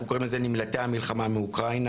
אנחנו קוראים לזה נמלטי המלחמה מאוקראינה.